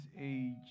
age